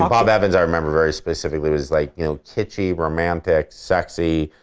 um bob evans i remember very specifically was like you know kitschy, romantic, sexy,